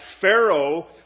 Pharaoh